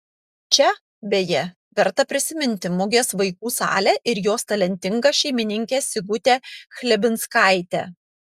čia beje verta prisiminti mugės vaikų salę ir jos talentingą šeimininkę sigutę chlebinskaitę